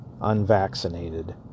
unvaccinated